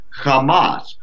Hamas